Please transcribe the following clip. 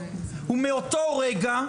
ומאותו רגע,